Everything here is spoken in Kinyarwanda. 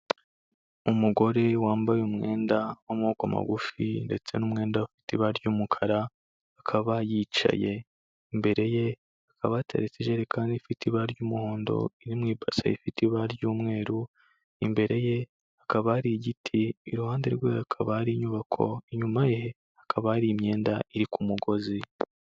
Umugore wambaye umwenda w'amaboko magufi ndetse n'umwenda ufite ibara ry'umukara akaba yicaye imbere ye akaba hateretse ijerekani ifite ibara ry'umuhondo iri mu ipasi ifite ibara ry'umweru imbere ye akaba ari igiti iruhande rwekaba ari inyubako inyuma yekaba ari imyenda iri ku mugozi.